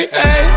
hey